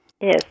Yes